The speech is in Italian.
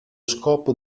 scopo